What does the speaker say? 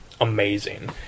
amazing